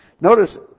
Notice